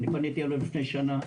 אני פניתי אליו לפני שנה,